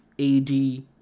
AD